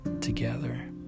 together